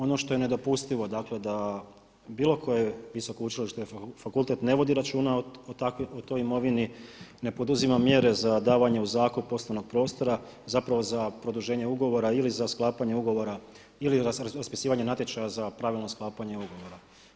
Ono što je nedopustivo dakle da bilo koje visoko učilište ili fakultet ne vodi računa o toj imovini, ne poduzima mjere za davanje u zakup poslovnog prostora, zapravo za produženje ugovora ili za sklapanje ugovora ili za raspisivanje natječaja za pravilno sklapanje ugovora.